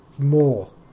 more